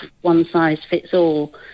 one-size-fits-all